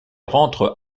rentre